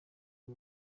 aho